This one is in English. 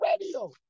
radio